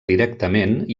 directament